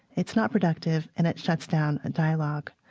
it's not productive and it shuts down a dialogue